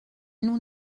nous